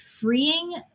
freeing